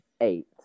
Eight